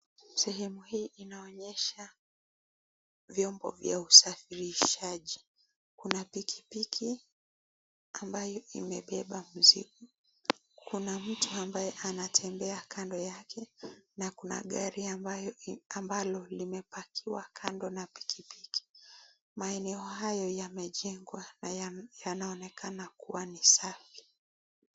Sehemu hii inaonesha vyombo za usafirishaji, kuna pikipiki ambayo imebeba mizigo, kuna mtu ambaye anatembea kando yake, na kuna gari ambalo limepakiwa kando ya pikipiki, maeneo hayo yamejengwa na yanaonekana kuwa ni safi.